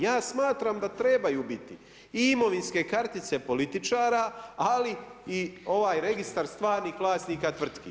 Ja smatram da trebaju biti i imovinske kartice političara, ali i ovaj Registar stvarnih vlasnika tvrtki.